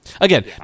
again